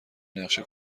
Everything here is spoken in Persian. نقشه